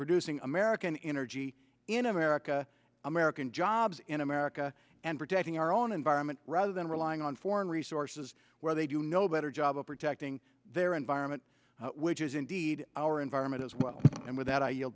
producing american energy in america american jobs in america and protecting our own environment rather than relying on foreign resources where they do no better job of protecting their environment which is indeed our environment as well and with that i y